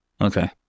okay